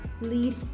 lead